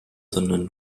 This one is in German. sondern